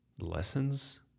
lessons